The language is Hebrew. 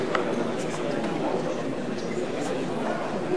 ההסתייגות הראשונה של חבר הכנסת אורי